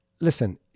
Listen